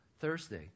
Thursday